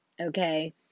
okay